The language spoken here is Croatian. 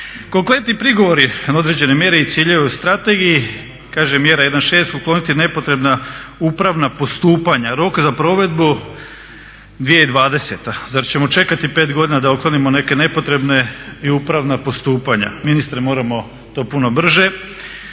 Konkretni prigovori na određene mjere i ciljeve u strategiji, kaže mjera 1.6. ukloniti nepotrebna upravna postupanja. Rok za provedbu 2020. Zar ćemo čekati 5 godina da otklonimo neke nepotrebna i upravna postupanja? Ministre, moramo to puno brže.